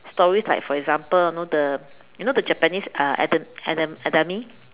stories like for like example you know the you know the Japanese uh Edam~ Edam~ Edamame